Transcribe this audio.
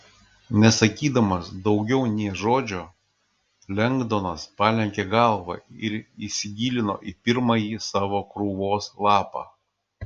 nesakydamas daugiau nė žodžio lengdonas palenkė galvą ir įsigilino į pirmąjį savo krūvos lapą